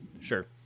Sure